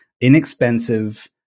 inexpensive